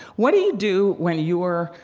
what do you do when your,